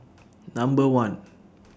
Number one